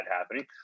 happening